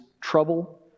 trouble